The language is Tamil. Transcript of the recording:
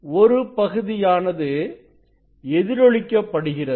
ஒரு பகுதியானது எதிரொலிக்க படுகிறது